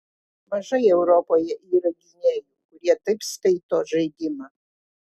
mažai europoje yra gynėjų kurie taip skaito žaidimą